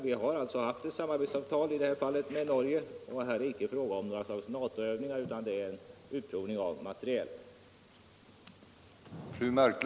Vi har ett samarbeotsavtal med Norge. men det är icke fråga om några NATO-övningar, utan om utprovning av materiel.